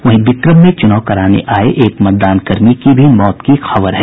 वहीं बिक्रम में चुनाव कराने आये एक मतदान कर्मी की भी मौत की खबर है